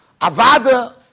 Avada